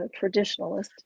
traditionalist